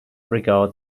regard